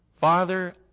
Father